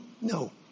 No